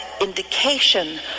indication